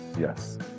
Yes